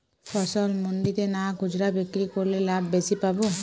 ফসল মন্ডিতে না খুচরা বিক্রি করলে লাভ বেশি পাব?